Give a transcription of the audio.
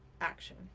action